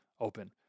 open